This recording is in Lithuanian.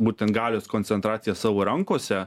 būtent galios koncentraciją savo rankose